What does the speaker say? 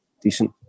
decent